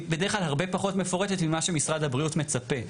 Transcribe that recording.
בדרך כלל הרבה פחות מפורטת ממה שמשרד הבריאות מצפה.